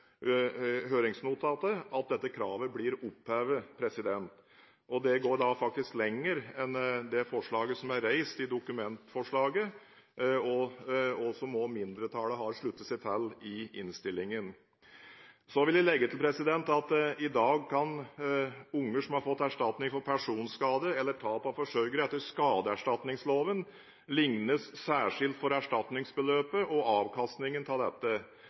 i høringsnotatet at dette kravet blir opphevet, og det går da faktisk lenger enn det forslaget som er reist i dokumentforslaget, og som også mindretallet har sluttet seg til i innstillingen. Så vil jeg legge til at i dag kan barn som har fått erstatning for personskade eller tap av forsørger etter skadeerstatningsloven, lignes særskilt for erstatningsbeløpet og avkastningen av dette.